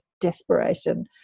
desperation